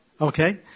Okay